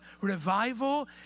revival